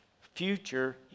future